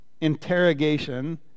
interrogation